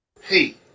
Hey